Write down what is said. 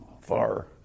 far